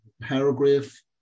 Paragraph